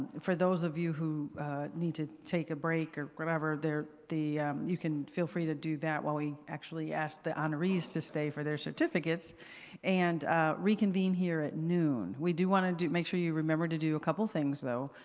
for those of you who need to take a break remember there the you can feel free to do that while we actually ask the honorees to stay for their certificates and reconvene here at noon. we do want to do make sure you remember to do a couple of things though.